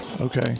okay